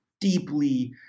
deeply